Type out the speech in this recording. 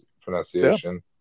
pronunciation